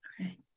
Okay